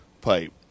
pipe